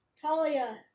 Talia